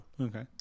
Okay